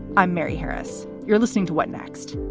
i'm mary harris. you're listening to what next?